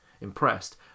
impressed